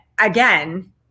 again